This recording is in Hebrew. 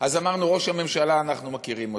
אז אמרנו, ראש הממשלה, אנחנו מכירים אותו.